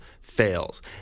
fails